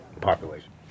population